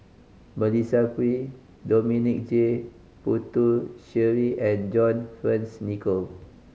Melissa Kwee Dominic J Puthucheary and John Fearns Nicoll